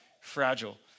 fragile